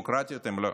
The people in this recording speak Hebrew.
דמוקרטיות הן לא.